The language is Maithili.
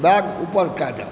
बैग उपर कऽ दै